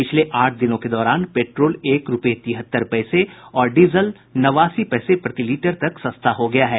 पिछले आठ दिनों के दौरान पेट्रोल एक रूपये तिहत्तर पैसे और डीजल नवासी पैसे प्रति लीटर तक सस्ता हो गया है